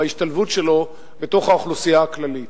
בהשתלבות שלו בתוך האוכלוסייה הכללית.